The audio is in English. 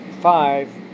five